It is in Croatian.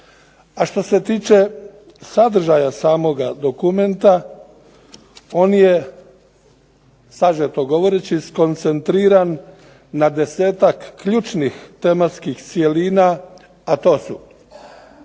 A što se tiče sadržaja samog dokumenta, on je sažeto govoreći skoncentriran na desetak ključnih tematskih cjelina, a to su: